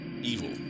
evil